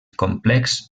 complex